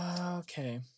Okay